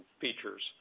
features